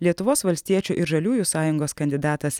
lietuvos valstiečių ir žaliųjų sąjungos kandidatas